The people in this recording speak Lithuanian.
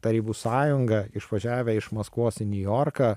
tarybų sąjunga išvažiavę iš maskvos į niujorką